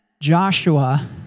Joshua